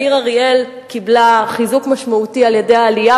העיר אריאל קיבלה חיזוק משמעותי על-ידי העלייה,